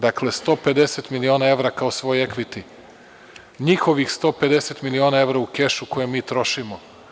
Dakle, 150 miliona evra kao svoj ekviti, njihovih 150 miliona evra u kešu koje mi trošimo.